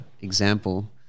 example